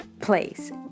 place